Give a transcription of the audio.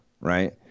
right